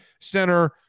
center